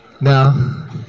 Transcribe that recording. Now